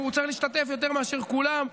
הוא צריך להשתתף יותר מאשר כולם.